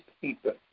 people